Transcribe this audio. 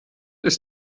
ist